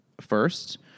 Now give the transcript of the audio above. first